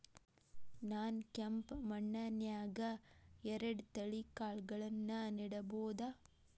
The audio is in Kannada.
ನಾನ್ ಕೆಂಪ್ ಮಣ್ಣನ್ಯಾಗ್ ಎರಡ್ ತಳಿ ಕಾಳ್ಗಳನ್ನು ನೆಡಬೋದ?